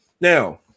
Now